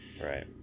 Right